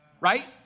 right